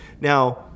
Now